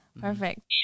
perfect